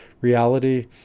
reality